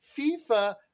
FIFA